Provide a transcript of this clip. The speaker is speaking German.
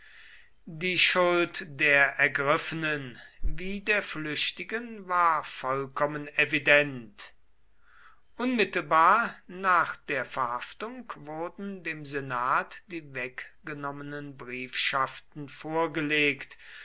die schuld der ergriffenen wie der flüchtigen war vollkommen evident unmittelbar nach der verhaftung wurden dem senat die weggenommenen briefschaften vorgelegt